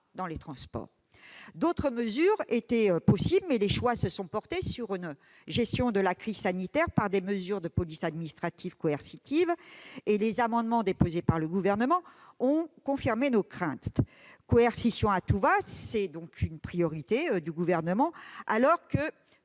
dans les transports. D'autres mesures étaient possibles, mais les choix se sont portés sur une gestion de la crise sanitaire par des mesures de police administrative coercitive, les amendements déposés par le Gouvernement ayant confirmé nos craintes. Coercition à tout va, c'est donc une priorité du Gouvernement, alors que